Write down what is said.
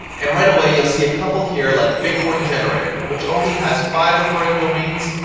and right away, you'll see a couple here like bitcoin generator which only has five referring domains,